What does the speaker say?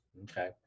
okay